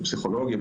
בפסיכולוגיה,